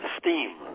steam